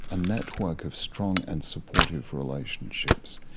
a network of strong and supportive relationships,